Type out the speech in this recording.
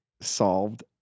solved